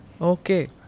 Okay